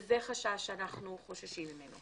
זה חשש שאנחנו חוששים ממנו